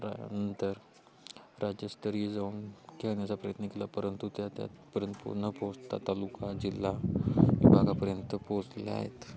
रा नंतर राज्यस्तरीय जाऊन खेळण्याचा प्रयत्न केला परंतु त्या त्यातपर्यंत न पोचता तालुका जिल्हा विभागापर्यंत पोचल्या आहेत